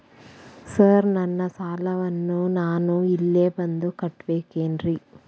Sir ನನ್ನ ಸಾಲವನ್ನು ನಾನು ಇಲ್ಲೇ ಬಂದು ಕಟ್ಟಬೇಕೇನ್ರಿ?